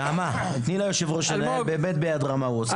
נעמה תני ליושב ראש לנהלן באמת ביד רמה הוא עושה את זה,